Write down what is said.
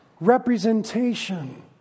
representation